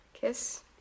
Kiss